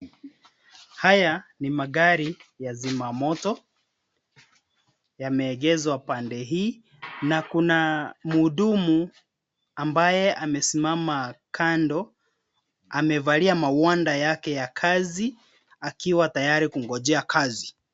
Haya ni magari ya zima moto, yameegezwa pande hii na kuna mhudumu ambaye amesimama kando. Amevalia magwanda yake ya kazi akiwa tayari kungojea kazi.